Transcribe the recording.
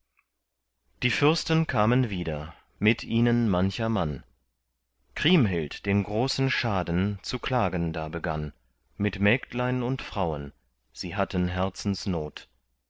die fürsten kamen wieder mit ihnen mancher mann kriemhild den großen schaden zu klagen da begann mit mägdlein und frauen sie hatten herzensnot